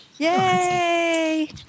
Yay